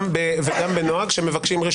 רוטמן, הם הפריעו לה?